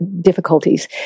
difficulties